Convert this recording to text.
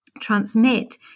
transmit